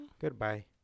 Goodbye